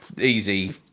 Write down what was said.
easy